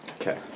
Okay